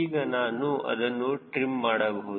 ಈಗ ನಾನು ಅದನ್ನು ಟ್ರಿಮ್ ಮಾಡಬಹುದು